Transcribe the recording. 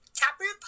Taproot